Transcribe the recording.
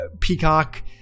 Peacock